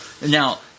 Now